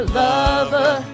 lover